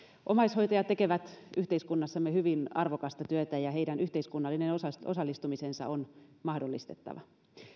omaishoitajat tekevät yhteiskunnassamme hyvin arvokasta työtä ja heidän yhteiskunnallinen osallistumisensa on mahdollistettava